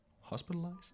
hospitalized